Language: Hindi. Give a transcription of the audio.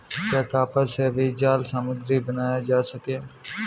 क्या कॉपर से भी जाल सामग्री बनाए जा रहे हैं?